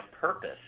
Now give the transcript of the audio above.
purpose